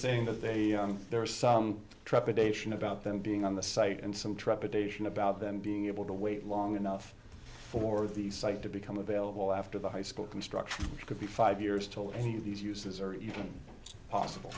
saying that they there were some trepidation about them being on the site and some trepidation about them being able to wait long enough for the site to become available after the high school construction which could be five years to hold any of these uses or